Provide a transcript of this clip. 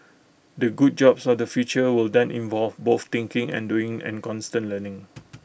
the good jobs of the future will then involve both thinking and doing and constant learning